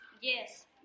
Yes